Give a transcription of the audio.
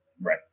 Right